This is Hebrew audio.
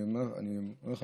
אני אומר לך,